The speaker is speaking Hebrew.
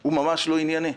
הוא ממש לא ענייני.